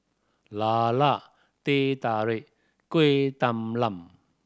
lala Teh Tarik Kueh Talam